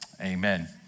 amen